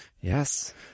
Yes